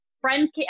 friends